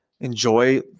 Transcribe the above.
enjoy